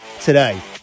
today